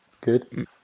Good